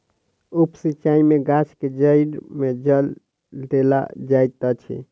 उप सिचाई में गाछ के जइड़ में जल देल जाइत अछि